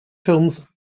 films